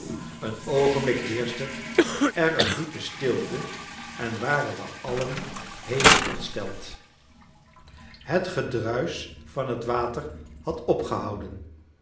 een oogenblik heerschte er een diepe stilte en waren we allen hevig ontsteld het gedruisch van het water had opgehouden